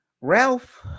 Ralph